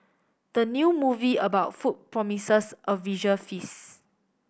the new movie about food promises a visual feast